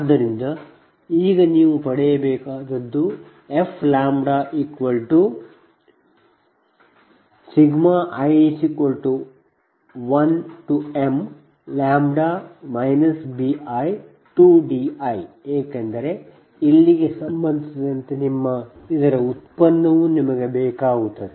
ಆದ್ದರಿಂದ ಈಗ ನೀವು ಪಡೆಯಬೇಕಾದದ್ದು fi1mλ bi2di ಏಕೆಂದರೆ ಇಲ್ಲಿಗೆ ಸಂಬಂಧಿಸಿದಂತೆ ಇದರ ಉತ್ಪನ್ನವೂ ನಿಮಗೆ ಬೇಕಾಗುತ್ತದೆ